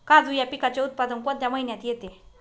काजू या पिकाचे उत्पादन कोणत्या महिन्यात येते?